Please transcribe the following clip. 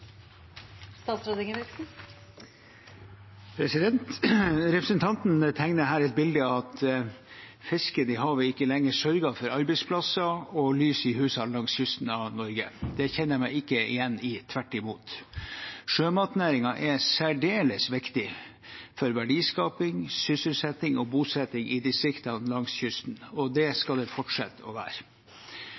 Representanten tegner her et bilde av at fisken i havet ikke lenger sørger for arbeidsplasser og «lys i husan» langs kysten av Norge. Det kjenner jeg meg ikke igjen i, tvert imot. Sjømatnæringen er særdeles viktig for verdiskaping, sysselsetting og bosetting i distriktene langs kysten, og det skal den fortsette å være.